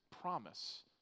promise